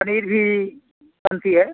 पनीर भी बनती है